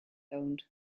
owned